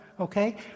Okay